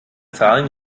zahlen